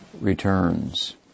returns